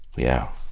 yeah.